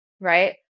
right